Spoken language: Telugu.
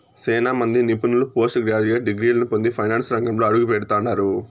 సేనా మంది నిపుణులు పోస్టు గ్రాడ్యుయేట్ డిగ్రీలని పొంది ఫైనాన్సు రంగంలో అడుగుపెడతండారు